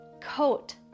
Coat